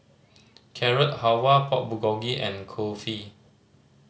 Carrot Halwa Pork Bulgogi and Kulfi